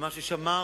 תגיד לי, כבוד השר,